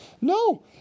No